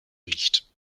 riecht